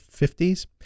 50s